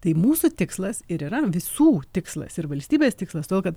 tai mūsų tikslas ir yra visų tikslas ir valstybės tikslas todėl kad